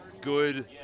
good